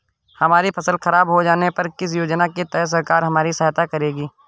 हमारी फसल खराब हो जाने पर किस योजना के तहत सरकार हमारी सहायता करेगी?